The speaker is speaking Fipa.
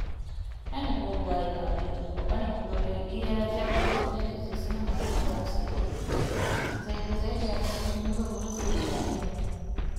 Yani bori wai karabelu kuku hapana mkuloloi i yela nja kuku benki zi sina manufaa yoose naona zaidi zaidi yaku ndichi mugogoro siliku yane.